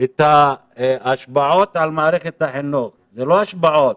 את ההשפעות על מערכת החינוך, זה לא השפעות,